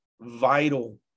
vital